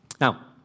Now